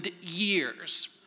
years